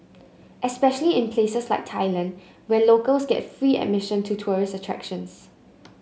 especially in places like Thailand where locals get free admission to tourist attractions